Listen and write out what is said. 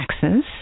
taxes